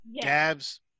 dabs